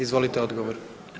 Izvolite odgovor.